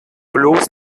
bloß